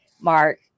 Mark